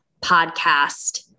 podcast